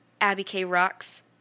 abbykrocks